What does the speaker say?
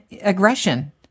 aggression